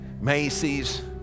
Macy's